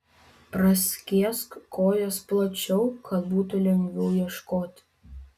praskėsk kojas plačiau kad būtų lengviau ieškoti